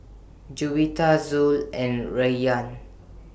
Juwita Zul and Rayyan